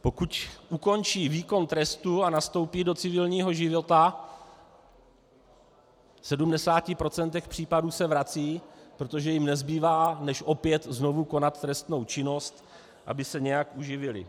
Pokud ukončí výkon trestu a nastoupí do civilního života, v 70 % případů se vracejí, protože jim nezbývá než opět znovu konat trestnou činnost, aby se nějak uživili.